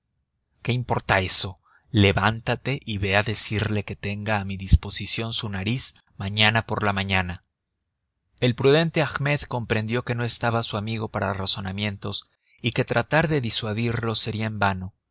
qué importa eso levántate y ve a decirle que tenga a mi disposición su nariz mañana por la mañana el prudente ahmed comprendió que no estaba su amigo para razonamientos y que tratar de disuadirlo sería en vano